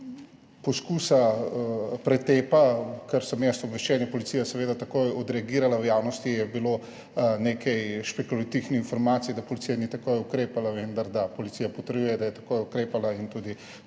poskusa pretepa, kar sem jaz obveščen, policija takoj odreagirala. V javnosti je bilo nekaj špekulativnih informacij, da policija ni takoj ukrepala, vendar policija potrjuje, da je takoj ukrepala,